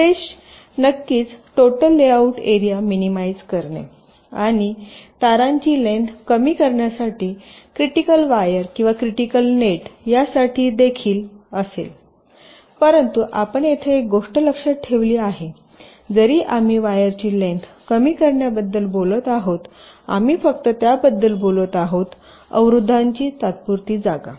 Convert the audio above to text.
उद्देश नक्कीच total layout area minimise करणे आणि तारांची लेन्थ कमी करण्यासाठी क्रिटिकल वायर किंवा क्रिटिकल नेट यासाठी देखील असेल परंतु आपण येथे एक गोष्ट लक्षात ठेवली आहे जरी आम्ही वायरची लेन्थ कमी करण्याबद्दल बोलत आहोत आम्ही फक्त त्याबद्दल बोलत आहोत अवरोधांची तात्पुरती जागा